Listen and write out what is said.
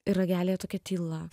ir ragelyje tokia tyla